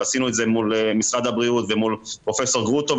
ועשינו את זה מול משרד הבריאות ומול פרופ' גרוטו.